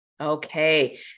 Okay